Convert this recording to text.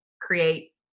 create